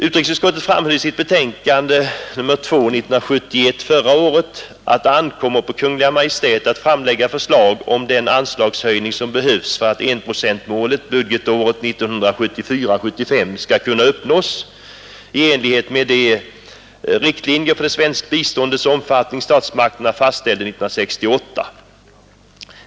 Utrikesutskottet framhöll i sitt betänkande nr 2 förra året att det ankommer på Kungl. Maj:t att framlägga förslag om den anslagshöjning som behövs för att enprocentsmålet budgetåret 1974/75 skall kunna uppnås i enlighet med de riktlinjer för det svenska biståndets omfattning som statsmakterna fastställde 1968.